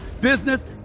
business